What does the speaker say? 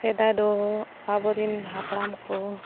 ᱥᱮᱫᱟᱭ ᱫᱚ ᱟᱵᱚᱨᱮᱱ ᱦᱟᱯᱲᱟᱢ ᱠᱚ